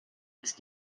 ist